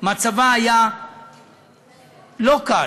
מצבה היה לא קל.